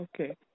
okay